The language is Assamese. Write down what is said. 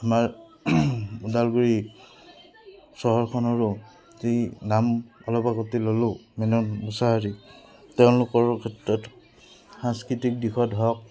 আমাৰ ওদালগুৰি চহৰখনৰো যি নাম অলপ আগতে ল'লোঁ মেনন মোছাহাৰী তেওঁলোকৰ ক্ষেত্ৰত সাংস্কৃতিক দিশত হওক